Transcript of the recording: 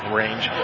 range